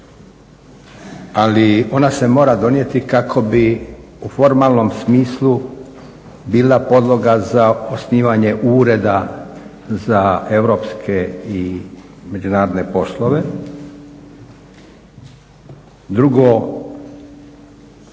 ali ona se mora donijeti kako bi u formalnom smislu bila podloga za osnivanje ureda za europske i međunarodne poslove. Drugo,